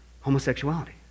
homosexuality